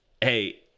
Hey